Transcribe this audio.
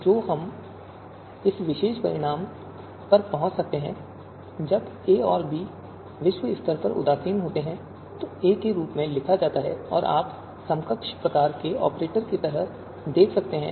तो जब हम इस विशेष परिणाम पर पहुंच सकते हैं जब ए और बी विश्व स्तर पर उदासीन होते हैं ए के रूप में लिखा जाता है और आप समकक्ष प्रकार के ऑपरेटर की तरह देख सकते हैं